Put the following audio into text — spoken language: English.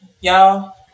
y'all